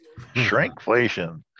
Shrinkflation